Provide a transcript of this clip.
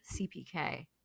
CPK